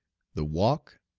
the walk,